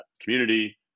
community